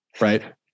Right